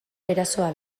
erasoa